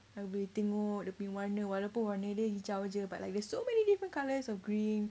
I boleh tengok dia punya warna walaupun warna dia hijau jer but like there's so many different colours of green